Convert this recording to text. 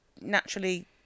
naturally